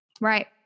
Right